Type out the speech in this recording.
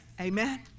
Amen